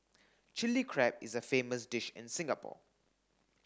Chilli Crab is a famous dish in Singapore